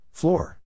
Floor